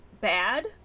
bad